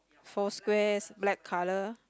four squares black colour